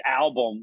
album